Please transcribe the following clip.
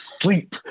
sleep